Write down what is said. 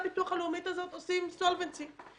הביטוח הלאומית הזאת עושים solvency?